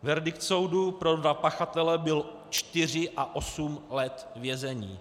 Verdikt soudu pro dva pachatele byl čtyři a osm let vězení.